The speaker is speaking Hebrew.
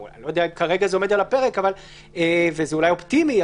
אני לא יודע אם זה עומד על הפרק כרגע ואולי זה אופטימי.